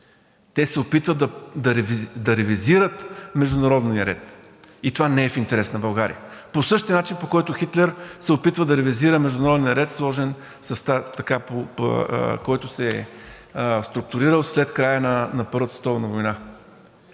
Те се опитват да ревизират международния ред и това не е в интерес на България. По същия начин, по който Хитлер се опитва да ревизира международния ред, който се е структурирал след края на Първата световна война.